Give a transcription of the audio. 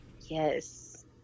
yes